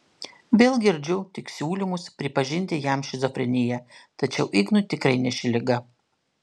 vėl girdžiu tik siūlymus pripažinti jam šizofreniją tačiau ignui tikrai ne ši liga